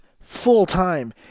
full-time